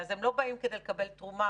אז הם לא באים כדי לקבל תרומה,